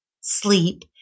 sleep